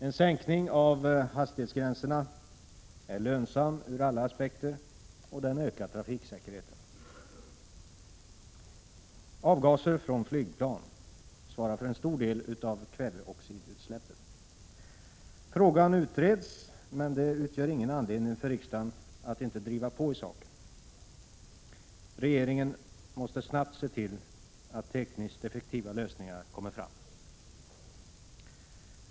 En sänkning av hastighetsgränserna är lönsam ur alla aspekter, och den ökar trafiksäkerheten. Avgaser från flygplan svarar för en stor del av kväveoxidutsläppen. Frågan utreds, men det utgör ingen anledning för riksdagen att inte driva på i saken. Regeringen måste snabbt se till att tekniskt effektiva lösningar kommer fram.